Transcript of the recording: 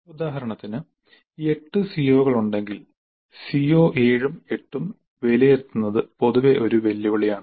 ഉദാഹരണത്തിന് 8 CO കൾ ഉണ്ടെങ്കിൽ COs 7 ഉം 8 ഉം വിലയിരുത്തുന്നത് പൊതുവെ ഒരു വെല്ലുവിളിയാണ്